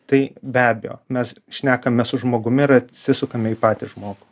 tai be abejo mes šnekame su žmogumi ir atsisukame į patį žmogų